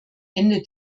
ende